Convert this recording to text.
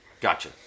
Gotcha